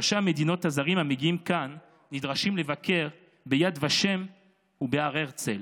ראשי המדינות הזרים המגיעים כאן נדרשים לבקר ביד ושם ובהר הרצל